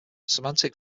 semantic